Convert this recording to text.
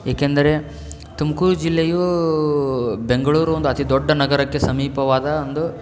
ಏಕೆಂದರೆ ತುಮಕೂರು ಜಿಲ್ಲೆಯು ಬೆಂಗಳೂರು ಒಂದು ಅತೀ ದೊಡ್ಡ ನಗರಕ್ಕೆ ಸಮೀಪವಾದ ಒಂದು